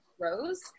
grows